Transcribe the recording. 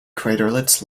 craterlets